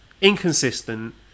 inconsistent